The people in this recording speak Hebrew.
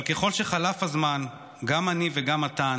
אבל ככל שחלף הזמן, גם אני וגם מתן